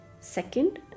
Second